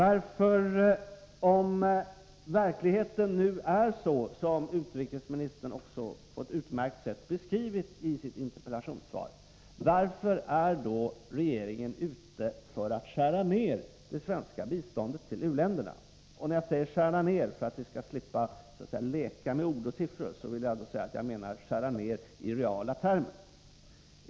Om verkligheten nu är sådan som utrikesministern på ett utmärkt sätt beskrivit i sitt interpellationssvar, varför är då regeringen ute för att skära ner det svenska biståndet till u-länderna? För att vi skall slippa leka med ord och siffror vill jag klargöra att jag menar skära ner i reala termer.